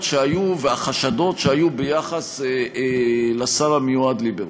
שהיו והחשדות שהיו ביחס לשר המיועד ליברמן.